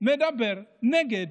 מדבר נגד